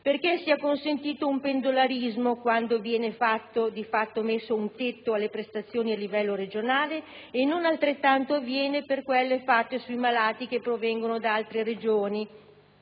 perché sia consentito il pendolarismo, quando viene di fatto messo un tetto alle prestazioni a livello regionale e non altrettanto avviene per quelle a beneficio dei malati che provengono da altre Regioni: